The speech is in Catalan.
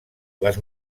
les